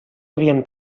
havien